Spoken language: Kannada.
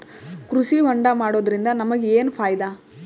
ಕೃಷಿ ಹೋಂಡಾ ಮಾಡೋದ್ರಿಂದ ನಮಗ ಏನ್ ಫಾಯಿದಾ?